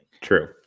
True